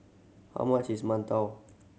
how much is mantou